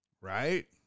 right